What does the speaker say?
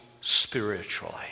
spiritually